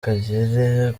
kagere